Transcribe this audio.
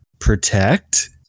protect